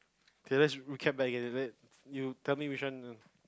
K let's recap back again you tell me which one you